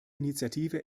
initiative